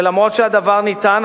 ואף-על-פי שהדבר ניתן,